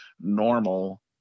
normal